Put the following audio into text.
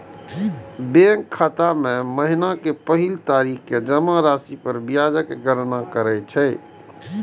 bank खाता मे महीनाक पहिल तारीख कें जमा राशि पर ब्याजक गणना करै छै